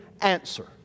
answer